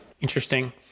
Interesting